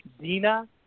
Dina